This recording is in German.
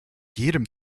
jedem